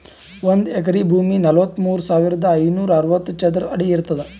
ಒಂದ್ ಎಕರಿ ಭೂಮಿ ನಲವತ್ಮೂರು ಸಾವಿರದ ಐನೂರ ಅರವತ್ತು ಚದರ ಅಡಿ ಇರ್ತದ